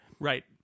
Right